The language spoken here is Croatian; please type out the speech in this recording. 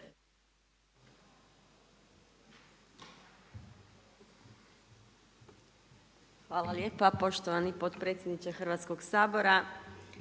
Hvala lijepa. Poštovani potpredsjedniče Hrvatskog sabora,